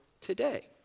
today